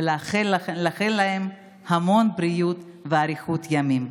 ולאחל להם המון בריאות ואריכות ימים.